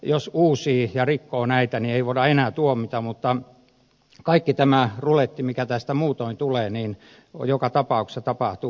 jos uusii ja rikkoo näitä niin ei voida enää tuomita mutta kaikki tämä ruletti mikä tästä muutoin tulee joka tapauksessa tapahtuu